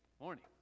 morning